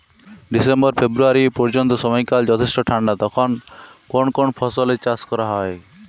December February পর্যন্ত সময়কাল যথেষ্ট ঠান্ডা তখন কোন কোন ফসলের চাষ করা হয়?